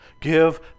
Give